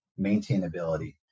maintainability